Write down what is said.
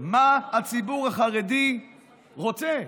מה הציבור החרדי רוצה.